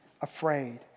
afraid